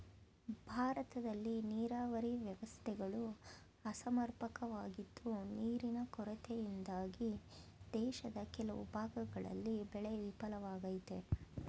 ಭಾರತದಲ್ಲಿ ನೀರಾವರಿ ವ್ಯವಸ್ಥೆಗಳು ಅಸಮರ್ಪಕವಾಗಿದ್ದು ನೀರಿನ ಕೊರತೆಯಿಂದಾಗಿ ದೇಶದ ಕೆಲವು ಭಾಗಗಳಲ್ಲಿ ಬೆಳೆ ವಿಫಲವಾಗಯ್ತೆ